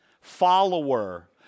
follower